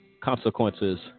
consequences